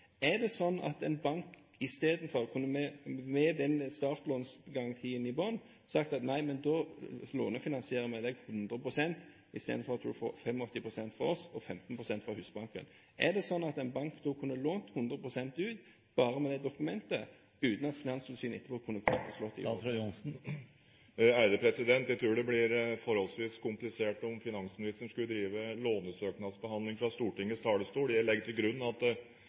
er det da slik at en bank med den startlånsgarantien i bunnen i stedet kunne sagt at nei, da lånefinansierer vi det 100 pst. i stedet for at du får 85 pst. fra oss og 15 pst. fra Husbanken? Er det slik at en bank da kunne ha lånt ut 100 pst. bare med det dokumentet, uten at Finanstilsynet etterpå kunne ha kommet og slått Jeg tror det blir forholdsvis komplisert om finansministeren skulle drive lånesøknadsbehandling fra Stortingets talerstol. Jeg legger til grunn at